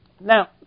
Now